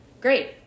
Great